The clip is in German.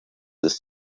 ist